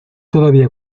todavía